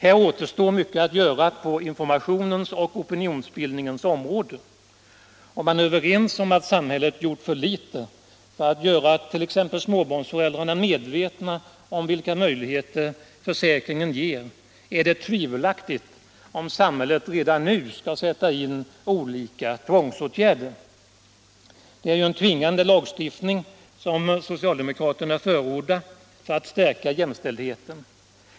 Här återstår mycket att göra på informationens och opinionsbildningens område. Är man överens om att samhället gjort för lite för att göra t.ex. småbarnsföräldrarna medvetna om vilka möjligheter försäkringen ger, är det tvivelaktigt om samhället redan nu skall sätta in olika tvångsåtgärder. Det är ju en tvingande lagstiftning som socialdemokraterna förordar för att stärka jämställdheten.